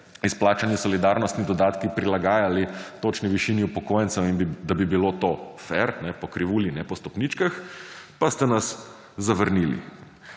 izplačani solidarnostni dodatki prilagajali točni višini upokojencem in da bi bilo to fer, po krivulji, ne po stopničkah, pa ste nas zavrnili.